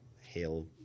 hail